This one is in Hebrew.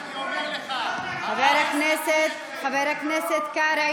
אני אומר לך, חבר הכנסת קרעי.